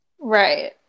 Right